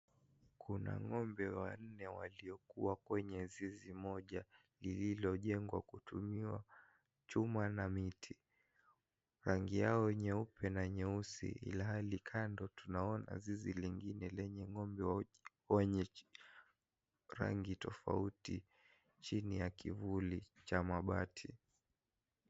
Kuna ngombe wanne waliokuwa kwenye zizi mona lililojengwa kutumia chuma na miti, rangi yao nyeupe na nyeusi ilhali kando tunaona zizi lingine lenye ngombe wenye rangi tofauti chini ya kivuli cha mabati.